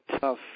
tough